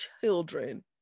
children